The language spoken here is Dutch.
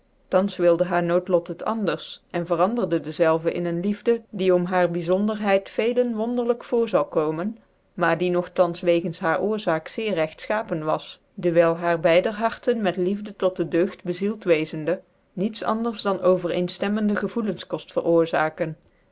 thans wilde haar noodlot het anders cn veranderde dezelve in een liefde die om haarc byzonderhetd vcclcn wonderlijk voor zat komen maar die nogtans wegens haar oorzaak zeer regtfehapen was dcwyl haar beider harten met liefde tot de deugd bezield wezende niet anders als ovcrccnftcmmcndc gevoelens koft veroorzaken